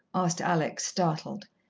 asked alex, startled.